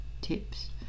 tips